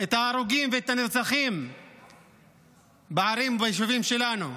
את ההרוגים ואת הנרצחים בערים וביישובים שלנו.